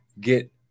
get